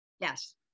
Yes